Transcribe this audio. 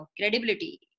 credibility